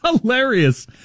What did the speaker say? Hilarious